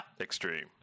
Extreme